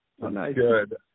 Good